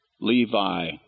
Levi